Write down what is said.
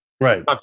right